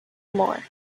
more